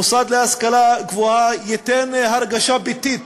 מוסד להשכלה גבוהה ייתן הרגשה ביתית